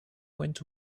went